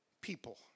people